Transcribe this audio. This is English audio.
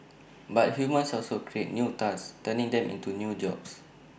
but humans also create new tasks turning them into new jobs